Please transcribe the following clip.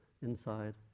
inside